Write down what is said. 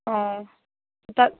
ও তা